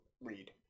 read